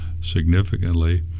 significantly